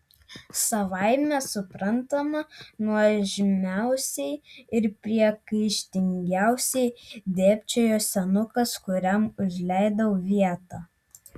savaime suprantama nuožmiausiai ir priekaištingiausiai dėbčiojo senukas kuriam užleidau vietą